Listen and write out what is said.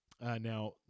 Now